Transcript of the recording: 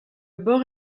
bord